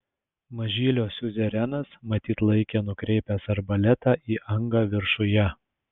mažylio siuzerenas matyt laikė nukreipęs arbaletą į angą viršuje